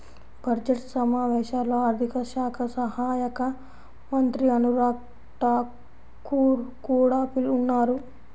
budget సమావేశాల్లో ఆర్థిక శాఖ సహాయక మంత్రి అనురాగ్ ఠాకూర్ కూడా ఉన్నారు